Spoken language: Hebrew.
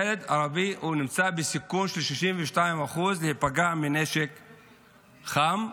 ילד ערבי נמצא בסיכון של 62% להיפגע מנשק חם,